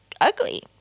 ugly